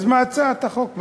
אז מה הצעת החוק אומרת?